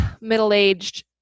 middle-aged